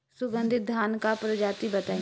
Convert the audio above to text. सुगन्धित धान क प्रजाति बताई?